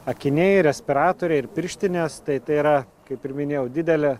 akiniai respiratoriai ir pirštinės tai tai yra kaip ir minėjau didelė